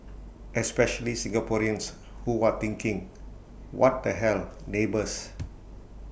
especially Singaporeans who are thinking what the hell neighbours